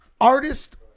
artist